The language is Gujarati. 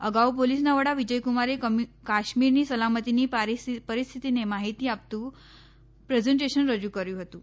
અગાઉ ોલીસના વડા વિ યક્રમારે કાશ્મીરની સલામતીની રિસ્થિતિની માહિતી આ તું પ્રેઝન્ટેશન રજુ કર્યું હતું